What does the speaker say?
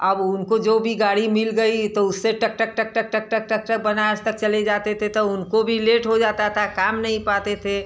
अब उनको जो भी गाड़ी मिल गई तो उससे टक टक टक टक टक टक टक टक बनारस तक चले जाते थे तो उनको भी लेट हो जाता था काम नहीं पाते थे